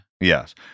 Yes